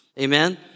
Amen